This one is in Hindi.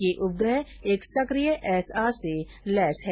यह उपग्रह एक सक्रिय एसएआर से लैस है